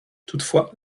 toutefois